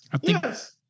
Yes